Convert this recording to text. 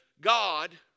God